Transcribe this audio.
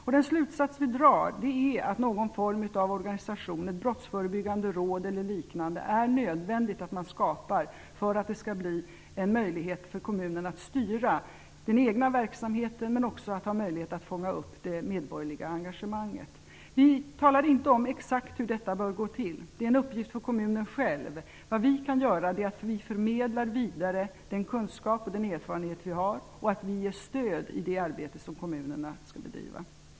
Vi drar slutsatsen att det är nödvändigt att man skapar någon form av organisationer, brottsförebyggande råd eller liknande så att det blir möjligt för kommunen att styra den egna verksamheten och också fånga upp det medborgerliga engagemanget. Vi talar inte om exakt hur detta skall gå till. Det är en uppgift för kommunen själv. Vi kan förmedla vidare den kunskap och den erfarenhet som vi har. Och vi ger stöd i det arbete som kommunerna skall bedriva.